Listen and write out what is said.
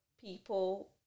people